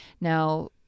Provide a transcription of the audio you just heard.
now